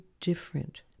different